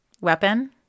weapon